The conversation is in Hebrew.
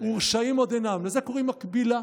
ורשעים עוד אינם" לזה קוראים מקבילה.